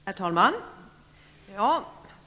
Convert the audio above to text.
Herr talman!